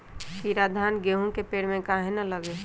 कीरा धान, गेहूं के पेड़ में काहे न लगे?